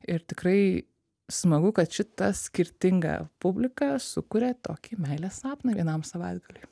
ir tikrai smagu kad šita skirtinga publika sukuria tokį meilės sapną vienam savaitgaliui